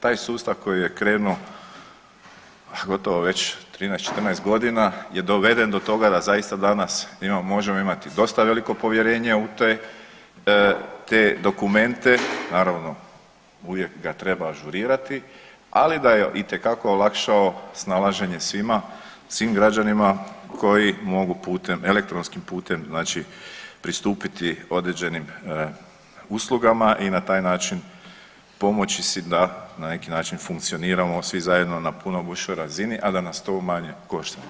Taj sustav koji je krenuo gotovo već 13, 14 godina je doveden do toga da zaista danas možemo imati dosta veliko povjerenje u te dokumente, naravno uvijek ga treba ažurirati, ali da je itekako olakšao snalaženje svima, svim građanima koji mogu putem elektronskim putem pristupiti određenim uslugama i na taj način pomoći si da na neki način funkcioniramo svi zajedno na puno gušćoj razini, a da nas to manje košta.